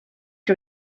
que